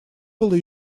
было